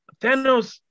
Thanos